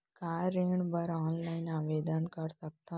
का ऋण बर ऑफलाइन आवेदन कर सकथन?